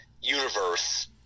universe